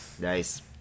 nice